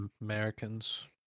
Americans